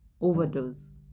overdose